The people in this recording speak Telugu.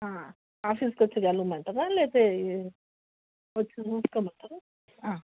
ఆఫీస్కి వచ్చి కలవమంటారా లేతే వచ్చి చూసుకోమంటారా